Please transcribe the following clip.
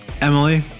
Emily